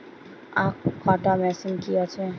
আখ কাটা মেশিন কি আছে?